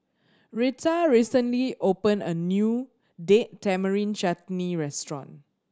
Reta recently opened a new Date Tamarind Chutney restaurant